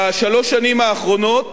בשלוש השנים האחרונות